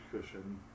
cushion